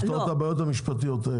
לפתור את הבעיות המשפטיות האלה.